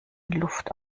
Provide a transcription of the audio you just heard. luft